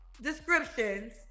descriptions